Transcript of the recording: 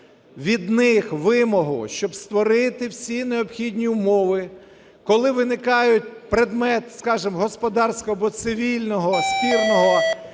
від них вимогу, щоб створити всі необхідні умови. Коли виникає предмет, скажімо, господарського або цивільного спірного